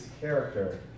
character